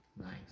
Nice